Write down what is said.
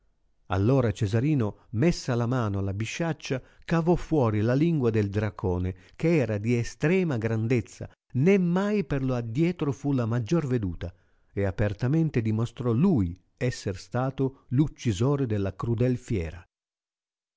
allora cesarino messa la mano alla bisciaccia cavò fuori la lingua del dracone che era di estrema grandezza ne mai per lo addietro fu la maggior veduta e apertamente dimostrò lui esser stato l'uccisore della crudel fiera